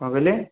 କ'ଣ କହିଲେ